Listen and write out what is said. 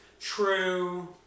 true